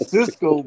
Cisco